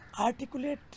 articulate